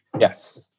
yes